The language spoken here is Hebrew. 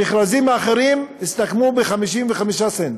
המכרזים האחרים הסתכמו ב-55 סנט.